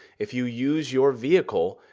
if you use your vehicle,